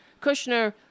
Kushner